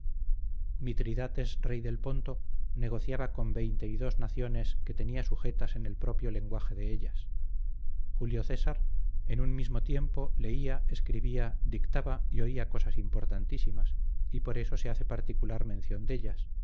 della mitridates rey del ponto negociaba con veinte y dos naciones que tenía sujetas en el propio lenguaje de ellas julio césar en un mismo tiempo leía escribía dictaba y oía cosas importantísimas y por eso se hace particular mención dellas